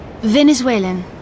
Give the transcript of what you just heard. Venezuelan